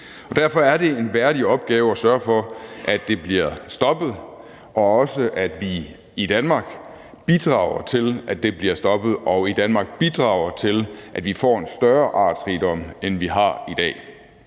Derfor er det en værdig opgave at sørge for, at det bliver stoppet, og også, at vi i Danmark bidrager til, at det bliver stoppet, og vi i Danmark bidrager til, at vi får en større artsrigdom, end vi har i dag.